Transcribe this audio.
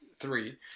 Three